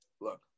look